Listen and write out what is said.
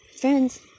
Friends